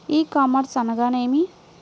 ఈ కామర్స్ అనగానేమి?